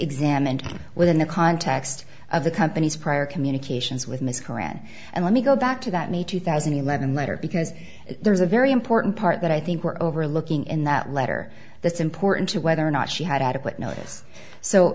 examined within the context of the company's prior communications with ms qur'an and let me go back to that may two thousand and eleven letter because there's a very important part that i think we're overlooking in that letter that's important to whether or not she had adequate notice so